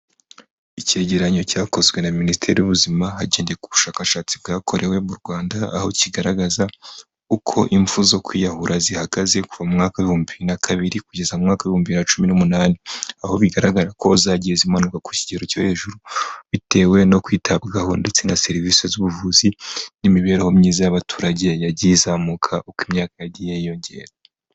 Icyegeranyo cyakozwe na Minisiteri y'ubuzima hagendewe k'ubushakashatsi bwakorewe mu Rwanda aho kigaragaza uko impfu zo kwiyahura zihagaze kuva mu mwaka w'ibihumbi bibiri na kabiri kugeza mwakahumbi cumi n'umunani, aho bigaragara ko zagiye zimanuka ku kigero cyo hejuru bitewe no kwitabwaho ndetse na serivisi z'ubuvuzi n'imibereho myiza y'abaturage yagiye izamuka uko imyaka yagiye yiyongera.